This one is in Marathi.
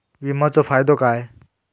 विमाचो फायदो काय?